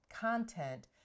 content